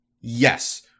Yes